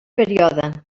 període